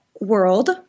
World